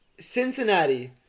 Cincinnati